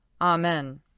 Amen